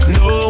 no